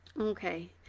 Okay